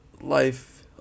life